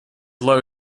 low